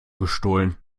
gestohlen